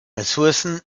ressourcen